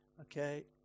Okay